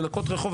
לנקות רחוב,